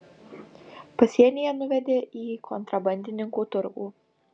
pasienyje nuvedė į kontrabandininkų turgų